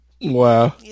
wow